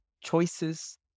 choices